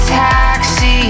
taxi